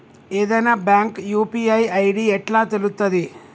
ఏదైనా bank UPI ID ఎట్లా తెలుత్తది?